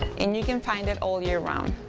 and you can find it all year round.